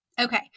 Okay